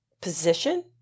position